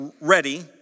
ready